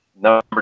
Number